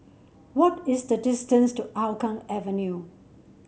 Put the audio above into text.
what is the distance to Hougang Avenue